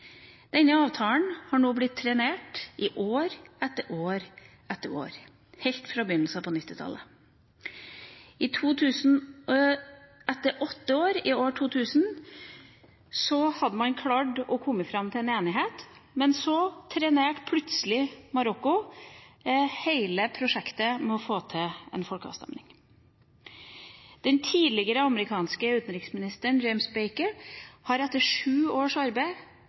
Denne avtalen har nå blitt trenert i år etter år etter år – helt fra begynnelsen av 1990-tallet. Etter åtte år, i år 2000, hadde man klart å komme fram til en enighet, men så trenerte plutselig Marokko hele prosjektet med å få til en folkeavstemning. Den tidligere amerikanske utenriksministeren James Baker ga – etter sju års arbeid